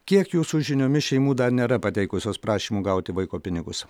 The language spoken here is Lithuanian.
kiek jūsų žiniomis šeimų dar nėra pateikusios prašymų gauti vaiko pinigus